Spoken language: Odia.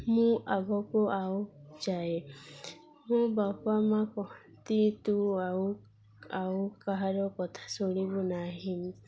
ମୁଁ ଆଗକୁ ଆଉ ଯାଏ ମୋ ବାପା ମା' କହନ୍ତି ତୁ ଆଉ ଆଉ କାହାର କଥା ଶୁଣିବୁ ନାହିଁ